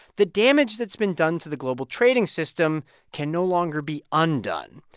the damage that's been done to the global trading system can no longer be undone?